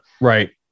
Right